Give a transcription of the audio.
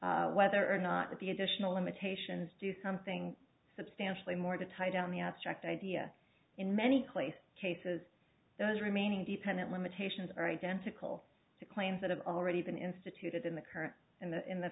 whether or not the additional limitations do something substantially more to tie down the abstract idea in many places cases those remaining dependent limitations are identical to claims that have already been instituted in the current and in the